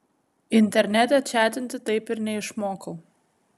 internete čatinti taip ir neišmokau